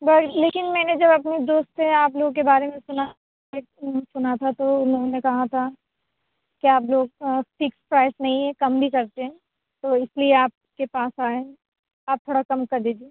but لیکن میں نے جو اپنی دوست سے آپ لوگوں کے بارے میں سُنا سُنا تھا تو اُنہوں نے کہا تھا کہ آپ لوگ آ فکس پرائز نہیں ہے کم بھی کرتے ہیں تو اِس لیے آپ کے پاس آئے ہیں آپ تھوڑا کم کر دیجیے